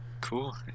Cool